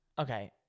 okay